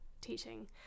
teaching